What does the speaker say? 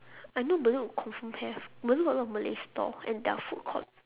I know bedok confirm have bedok got a lot of malay stall and their food court